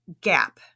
gap